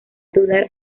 dudar